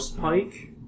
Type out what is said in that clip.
pike